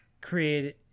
created